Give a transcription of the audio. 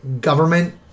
government